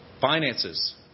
Finances